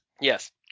Yes